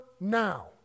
now